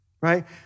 Right